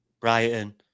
Brighton